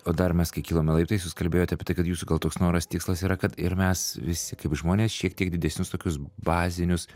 o dar mes kai kilome laiptais jūs kalbėjot apie tai kad jūsų gal toks noras tikslas yra kad ir mes visi kaip žmonės šiek tiek didesnius tokius bazinius